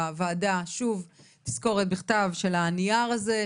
לוועדה שוב תזכורת בכתב של הנייר הזה,